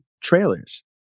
trailers